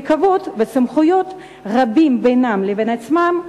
כבוד וסמכויות רבים בינם לבין עצמם,